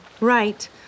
right